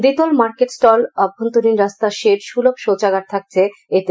দ্বিতল market stall আভ্যন্তরীণ রাস্তা শেড সুলভ শৌচাগার থাকছে এতে